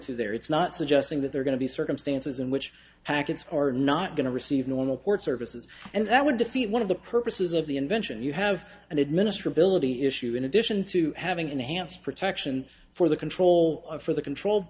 to there it's not suggesting that they're going to be circumstances in which hackett's are not going to receive normal port services and that would defeat one of the purposes of the invention you have and administer bill of the issue in addition to having enhanced protection for the control for the control